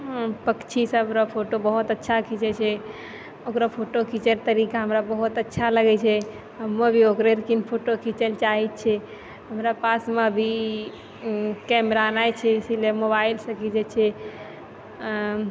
पक्षी सबके फोटो बहुत अच्छा खिचै छै ओकरो फोटो खिचैके तरीका हमरा बहुत अच्छा लगै छै हमहुँ भी ओकरे लखिन फोटो घिचैके चाहै छियै हमरा पासमे भी कैमरा नहि छै इसीलिये मोबाइलसँ घिचै छी